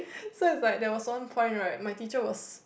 so it was like there was one point right my teacher was